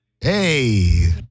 Hey